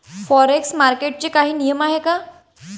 Forex मार्केटचे काही नियम आहेत का?